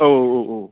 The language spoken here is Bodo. औ औ औ